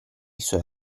suoi